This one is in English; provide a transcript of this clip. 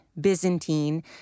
Byzantine